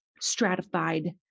stratified